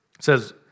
says